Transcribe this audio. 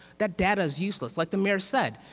that data is useless, like the mayor said.